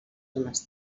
zones